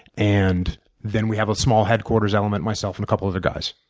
and then we have a small headquarters element myself and a couple other guys.